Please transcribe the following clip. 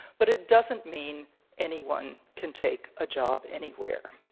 but it doesn't mean anyone can take a job anywhere.